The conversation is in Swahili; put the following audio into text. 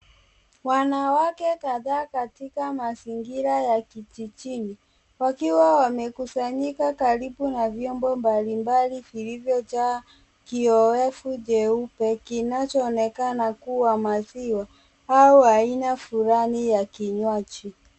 Wanawake kadhaa katika mazingira ya kijijini, wakiwa wamekusanyika karibu na vyombo mbalimbali vilivyojaa kioevu jeupe, kinachoonekana kuwa maziwa au aina fulani ya kinywaji.